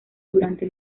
durante